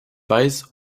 weiß